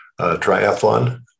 triathlon